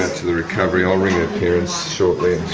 to the recovery. i'll ring her parents shortly